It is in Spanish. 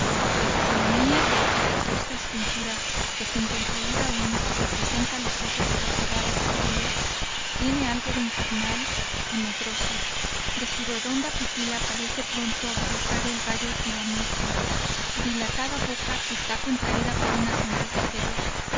la fisonomía de aquella tosca escultura que sin concluir aun se presenta a los ojos del aterrado pulo tiene algo de infernal y medroso de su redonda pupila parece pronto a brotar el rayo y la muerte su dilata boca esta contraída por una sonrisa feroz